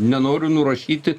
nenoriu nurašyti